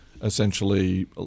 essentially